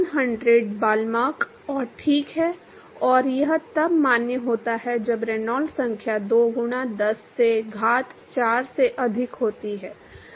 2100 ballpark और ठीक है और यह तब मान्य होता है जब रेनॉल्ड्स संख्या 2 गुणा 10 से घात 4 से अधिक होती है